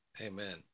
Amen